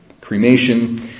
Cremation